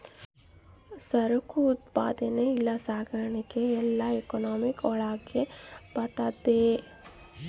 ಸರಕು ಉತ್ಪಾದನೆ ಇಲ್ಲ ಸಾಗಣೆ ಎಲ್ಲ ಎಕನಾಮಿಕ್ ಒಳಗ ಬರ್ತದೆ